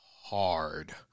hard